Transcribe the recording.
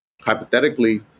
hypothetically